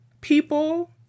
people